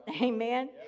amen